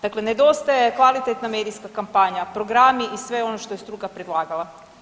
Dakle, nedostaje kvalitetna medijska kampanja, programi i sve ono što je struka predlagala.